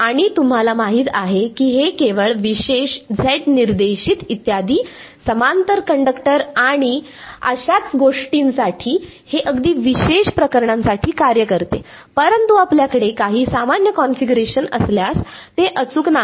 आणि तुम्हाला माहित आहे की हे केवळ विशेष Z निर्देशित इत्यादी समांतर कंडक्टर आणि आणि अशाच गोष्टींसाठी हे अगदी विशेष प्रकरणांसाठी कार्य करते परंतु आपल्याकडे काही सामान्य कॉन्फिगरेशन असल्यास ते अचूक नाही